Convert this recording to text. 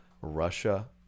Russia